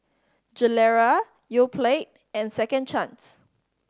Gilera Yoplait and Second Chance